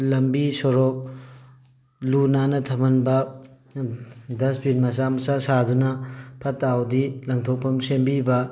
ꯂꯝꯕꯤ ꯁꯣꯔꯣꯛ ꯂꯨꯨ ꯅꯥꯟꯅ ꯊꯝꯍꯟꯕ ꯗꯁꯕꯤꯟ ꯃꯆꯥ ꯃꯆꯥ ꯁꯥꯗꯨꯅ ꯐꯠꯇ ꯍꯥꯎꯗꯤ ꯂꯪꯊꯣꯛꯐꯝ ꯁꯦꯝꯕꯤꯕ